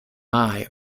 eye